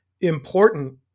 important